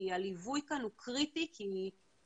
כי הליווי כאן הוא קריטי כי יכולת